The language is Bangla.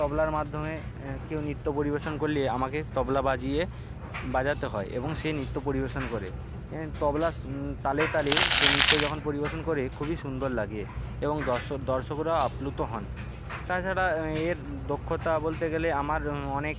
তবলার মাধ্যমে অ্যা কেউ নৃত্য পরিবেশন করলে আমাকে তবলা বাজিয়ে বাজাতে হয় এবং সে নৃত্য পরিবেশন করে এ তবলার তালে তালে সে নৃত্য যখন পরিবেশন করে খুবই সুন্দর লাগে এবং দর্শকরা আপ্লুত হন তাছাড়া এর দক্ষতা বলতে গেলে আমার অনেক